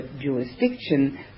jurisdiction